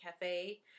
cafe